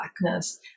blackness